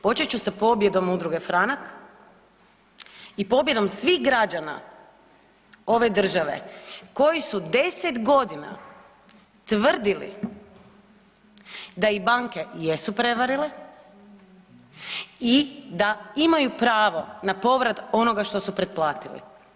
Počet ću sa pobjedom Udruge Franak i pobjedom svih građana ove države koji su 10.g. tvrdili da ih banke jesu prevarile i da imaju pravo na povrat onoga što su pretplatili.